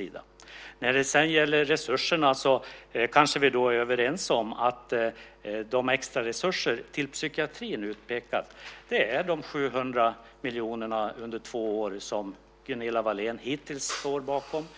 Vi kan kanske vara överens om att de utpekade extraresurserna till psykiatrin är dessa 700 miljoner under två år som Gunilla Wahlén hittills står bakom.